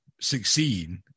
succeed